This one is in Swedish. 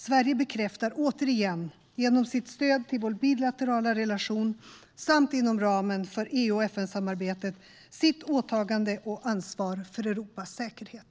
Sverige bekräftar återigen, genom sitt stöd till vår bilaterala relation samt inom ramen för EU och FN-samarbetet, sitt åtagande och ansvar för Europas säkerhet.